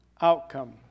outcome